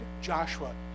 Joshua